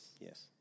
Yes